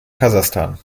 kasachstan